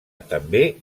també